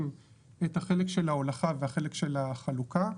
את החלק של ההולכה והחלק של החלוקה,